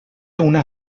una